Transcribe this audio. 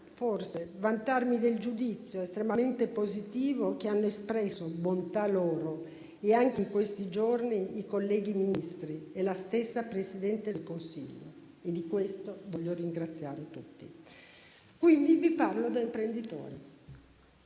forse, vantarmi del giudizio estremamente positivo che hanno espresso - bontà loro - anche in questi giorni i colleghi Ministri e lo stesso Presidente del Consiglio. E di questo voglio ringraziare tutti. Vi parlo quindi da imprenditore.